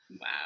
Wow